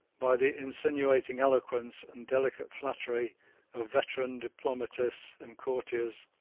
by the insinuating eloquence and delicate flattery of veteran diplomatists and courtiers,